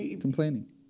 complaining